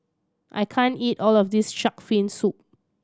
I can't eat all of this Shark's Fin Soup